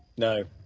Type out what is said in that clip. no.